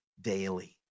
daily